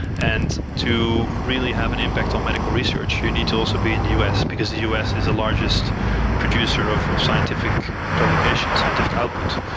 and to really have an impact on medical research, you need to also be in the us, because us is the largest producer of of scientific publication, scientific output.